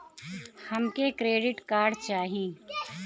हमके credit card चाही